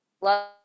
love